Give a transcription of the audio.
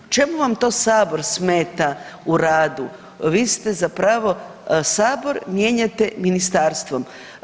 Čemu vam to Sabor smeta u radu, vi ste zapravo, Sabor mijenjate ministarstvom.